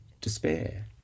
despair